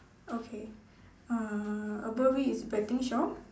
okay uh above it is betting shop